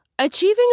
Achieving